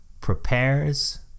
prepares